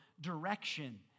direction